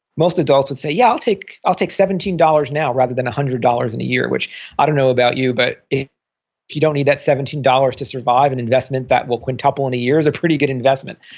most adults would say, yeah, i'll take i'll take seventeen dollars now, rather than hundred dollars in a year, which i don't know about you, but if you don't need that seventeen dollars to survive, an and investment that will quintuple in a year is a pretty good investment.